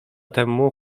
temu